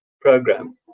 Program